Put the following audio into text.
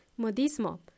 Modismo